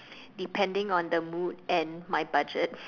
depending on the mood and my budget